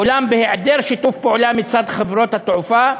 ואולם, בהיעדר שיתוף פעולה מצד חברות התעופה,